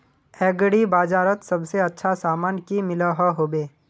Agri बजारोत सबसे अच्छा सामान की मिलोहो होबे?